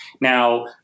Now